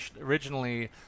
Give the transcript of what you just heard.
originally